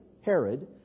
Herod